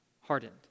hardened